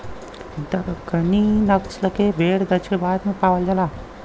दक्कनी नसल के भेड़ दक्षिण भारत में पावल जाला